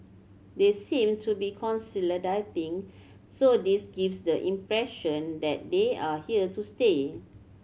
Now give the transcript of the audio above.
they seem to be consolidating so this gives the impression that they are here to stay